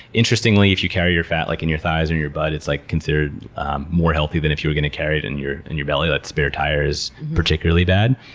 interestingly, if you carry your fat like in your thighs and your butt, it's like considered more healthy than if you were going to carry it in your and your belly. that spare tire is particularly bad.